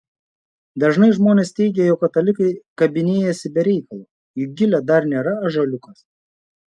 dažnai žmonės teigia jog katalikai kabinėjasi be reikalo juk gilė dar nėra ąžuoliukas